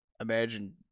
imagine